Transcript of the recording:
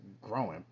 growing